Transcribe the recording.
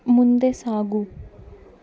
ಮುಂದೆ ಸಾಗು